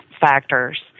factors